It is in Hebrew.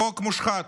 חוק מושחת,